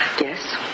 Yes